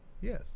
yes